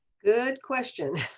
good question.